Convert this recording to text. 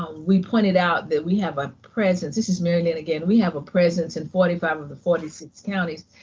we pointed out that we have a presence. this is mary lynne again. we have a presence in forty five of the forty six counties,